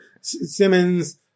Simmons